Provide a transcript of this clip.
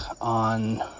on